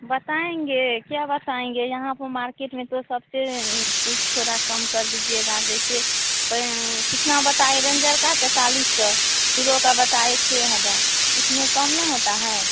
बताएँगे क्या बताएँगे यहाँ पर मार्केट में तो सबसे कुछ थोड़ा कम कर दीजिएगा जैसे कितना बताए रेन्जर का तैंतालिस सौ हीरो का बताए छह हज़ार इसमें कम नहीं होता है